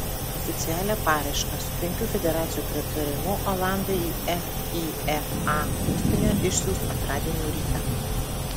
oficialią paraišką su penkių federacijų pritarimu olandai į fifa būstinę išsiųs antradienio rytą